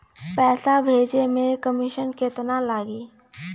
पैसा भेजे में कमिशन केतना लागि?